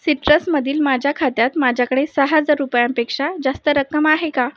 सिट्रसमधील माझ्या खात्यात माझ्याकडे सहा हजार रुपयांपेक्षा जास्त रक्कम आहे का